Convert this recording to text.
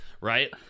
Right